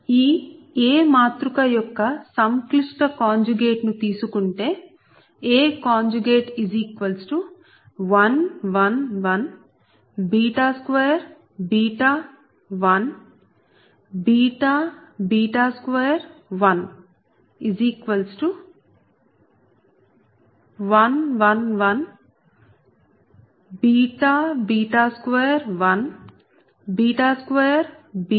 ఈ A మాతృక యొక్క సంక్లిష్ట కాంజుగేట్ ను తీసుకుంటే A1 1 1 2 1 2 1 1 1 1 2 1 2 1